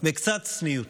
וקצת צניעות.